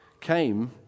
came